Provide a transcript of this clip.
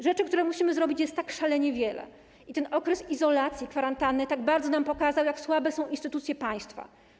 Rzeczy, które musimy zrobić, jest szalenie wiele i ten okres izolacji, kwarantanny tak bardzo nam pokazał, jak słabe są instytucje państwa.